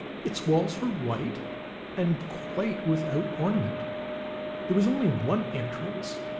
its walls were white and quite without ornament there was only one entrance,